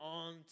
on